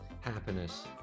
happiness